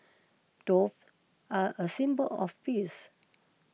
dove are a symbol of peace